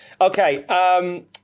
Okay